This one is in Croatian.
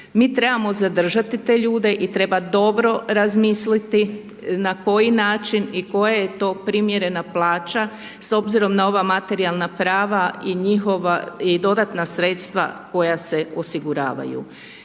Mi trebamo zadržati te ljude i treba dobro razmisliti na koji način i koje je to primjerena plaća s obzirom na ova materijalna prava i dodatna sredstva koja se osiguravaju